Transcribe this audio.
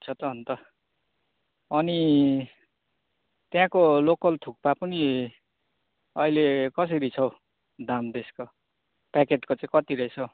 ठिक छ त अन्त अनि त्यहाँको लोकल थुक्पा पनि अहिले कसरी छ हौ दाम त्यसको प्याकेटको चाहिँ कति रहेछ हौ